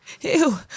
Ew